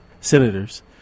senators